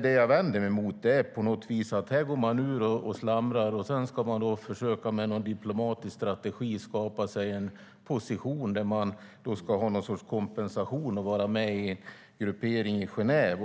Det jag vänder mig emot är på något vis att man går ur och slamrar och att man sedan med någon diplomatisk strategi försöker skapa sig en position där man ska ha någon sorts kompensation och vara med i en gruppering i Genève.